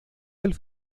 del